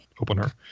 opener